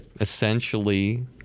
essentially